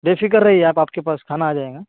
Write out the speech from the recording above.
بے فکر رہیے آپ آپ کے پاس کھانا آجائے گا